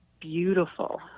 beautiful